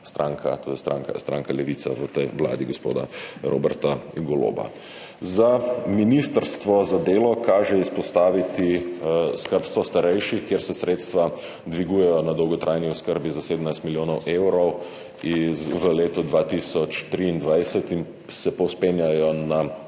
stranka, to je stranka Levica, v vladi gospoda Roberta Goloba. Za ministrstvo za delo kaže izpostaviti skrbstvo starejših, kjer se sredstva dvigujejo na dolgotrajni oskrbi za 17 milijonov evrov v letu 2023 in se povzpenjajo na